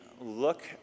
look